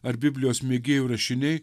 ar biblijos mėgėjų rašiniai